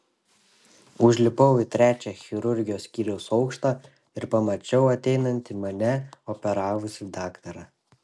užlipau į trečią chirurgijos skyriaus aukštą ir pamačiau ateinantį mane operavusį daktarą